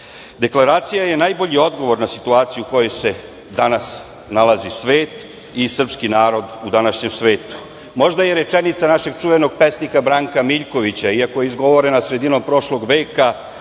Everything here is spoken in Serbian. usvojiti. Deklaracija je najbolji odgovor na situaciju u kojoj se danas nalazi svet i srpski narod u današnjem svetu. Možda rečenica našeg čuvenog pesnika Branka Miljkovića, iako izgovorena sredinom prošlog veka,